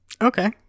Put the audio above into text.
Okay